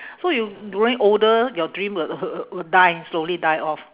so you growing older your dream will will die slowly die off